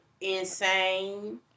insane